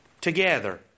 together